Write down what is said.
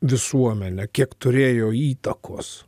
visuomenė kiek turėjo įtakos